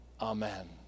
Amen